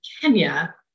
Kenya